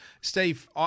Steve